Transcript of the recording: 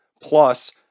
Plus